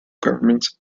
governments